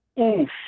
Oof